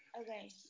Okay